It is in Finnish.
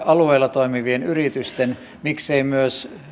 alueella toimivien yritysten miksei myös